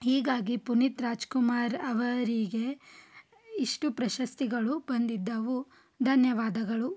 ಈಗಾಗಿ ಪುನೀತ್ ರಾಜ್ಕುಮಾರ್ ಅವರಿಗೆ ಇಷ್ಟು ಪ್ರಶಸ್ತಿಗಳು ಬಂದಿದ್ದವು ಧನ್ಯವಾದಗಳು